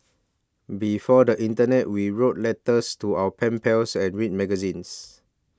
before the internet we wrote letters to our pen pals and read magazines